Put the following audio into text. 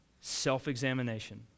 self-examination